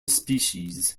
species